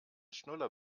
schnuller